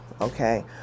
okay